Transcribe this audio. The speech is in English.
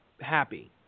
happy